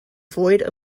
void